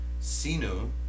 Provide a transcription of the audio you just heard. Sino